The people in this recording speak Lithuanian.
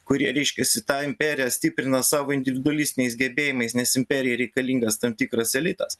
kurie reiškiasi tą imperiją stiprina savo individualistiniais gebėjimais nes imperijai reikalingas tam tikras elitas